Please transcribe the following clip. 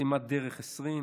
וחסימת דרך, 20,